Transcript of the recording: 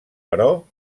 però